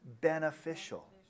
beneficial